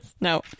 No